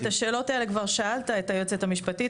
את השאלות האלה כבר שאלת את היועצת המשפטית.